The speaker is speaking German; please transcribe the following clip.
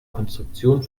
konstruktion